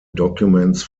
documents